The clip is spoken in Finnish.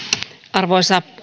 arvoisa